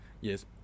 Yes